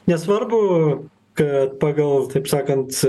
nesvarbu kad pagal taip sakant